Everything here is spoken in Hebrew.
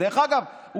דרך אגב,